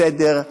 זה דנ"א, בסדר,